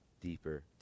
deeper